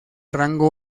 rango